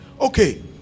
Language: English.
Okay